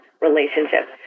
relationships